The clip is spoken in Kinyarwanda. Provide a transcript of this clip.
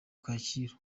kacyiru